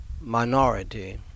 minority